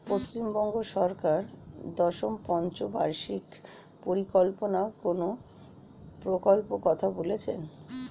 পশ্চিমবঙ্গ সরকার দশম পঞ্চ বার্ষিক পরিকল্পনা কোন প্রকল্প কথা বলেছেন?